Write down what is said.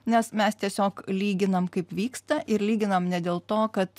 nes mes tiesiog lyginam kaip vyksta ir lyginam ne dėl to kad